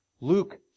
Luke